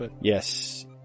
Yes